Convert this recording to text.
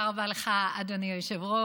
תודה רבה לך, אדוני היושב-ראש.